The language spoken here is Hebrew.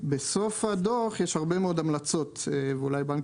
ובסוף הדו"ח יש הרבה מאוד המלצות ואולי בנק